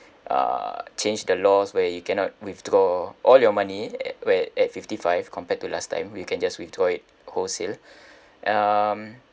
uh change the laws where you cannot withdraw all your money at where at fifty-five compared to last time you can just withdraw it wholesale um